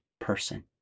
person